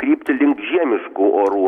krypti link žiemiškų orų